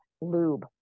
Lube